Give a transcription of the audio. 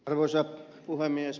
arvoisa puhemies